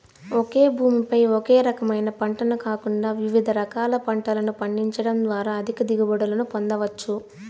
ఒకే భూమి పై ఒకే రకమైన పంటను కాకుండా వివిధ రకాల పంటలను పండించడం ద్వారా అధిక దిగుబడులను పొందవచ్చు